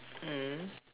mm